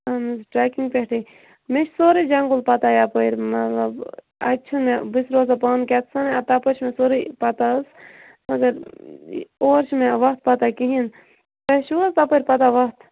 اۭں trekking پٮ۪ٹھٕے مےٚ چھُ سورُے جنٛگُل پَتہ یَپٲرۍ مطلب اَتہِ چھُنہٕ مےٚ بہٕ چھُس روزان پانہٕ کیاہ سان تَپٲرۍ چھُ مےٚ سورُے پَتہ حظ مگر اور چھِ مےٚ وَتھ پَتہ کِہیٖنۍ تۄہہِ چھُو حظ تَپٲرۍ پَتہ وَتھ